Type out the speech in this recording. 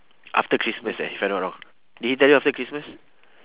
after christmas eh if I'm not wrong did you tell him after christmas